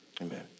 Amen